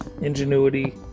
ingenuity